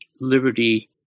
liberty